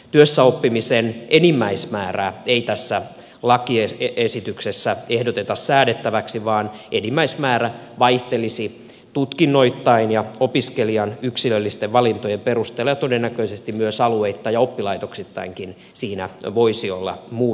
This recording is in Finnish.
työssäoppimisen enimmäismäärää ei tässä lakiesityksessä ehdoteta säädettäväksi vaan enimmäismäärä vaihtelisi tutkinnoittain ja opiskelijan yksilöllisten valintojen perusteella ja todennäköisesti myös alueittain ja oppilaitoksittainkin siinä voisi olla vaihtelua